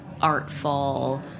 artful